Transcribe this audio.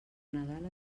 nadal